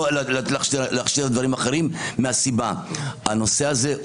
לא להכשיר דברים אחרים מהסיבה שהנושא הזה,